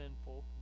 sinful